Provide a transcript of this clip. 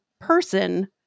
person